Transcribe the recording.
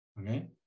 Okay